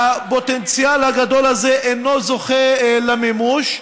הפוטנציאל הגדול הזה אינו זוכה למימוש.